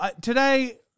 today